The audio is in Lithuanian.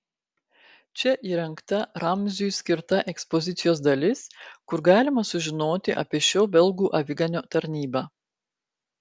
čia įrengta ramziui skirta ekspozicijos dalis kur galima sužinoti apie šio belgų aviganio tarnybą